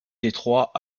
détroit